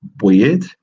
weird